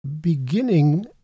beginning